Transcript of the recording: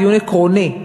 דיון עקרוני,